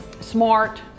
smart